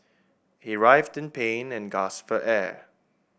he writhed in pain and gasped for air